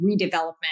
redevelopment